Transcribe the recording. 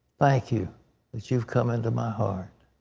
thank you that you've come into my heart.